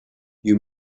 you